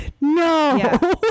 No